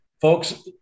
Folks